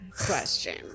Question